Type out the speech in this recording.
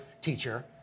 teacher